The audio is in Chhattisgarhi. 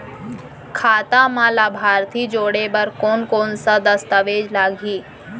खाता म लाभार्थी जोड़े बर कोन कोन स दस्तावेज लागही?